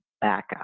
backup